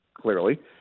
clearly